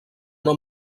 una